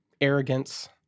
arrogance